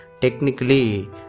technically